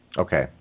Okay